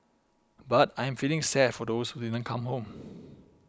but I'm feeling sad for those who didn't come home